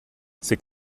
c’est